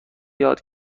یاد